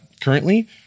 currently